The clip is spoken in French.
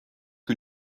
que